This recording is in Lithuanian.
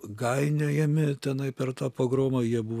gainiojami tenai per tą pogromą jie buvo